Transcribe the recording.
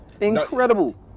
Incredible